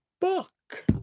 book